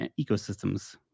ecosystems